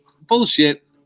Bullshit